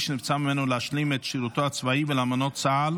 שנבצר ממנו להשלים את שירותו הצבאי ולאלמנות צה"ל